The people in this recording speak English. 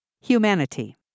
Humanity